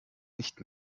nicht